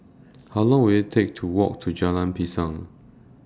How Long Will IT Take to Walk to Jalan Pisang